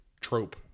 trope